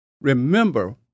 Remember